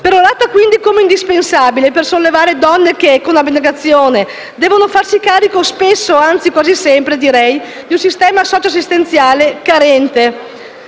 perorata quindi come indispensabile per sollevare donne che, con abnegazione, devono farsi carico spesso - anzi, direi quasi sempre - di un sistema socio-assistenziale carente.